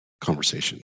conversation